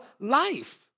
life